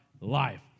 life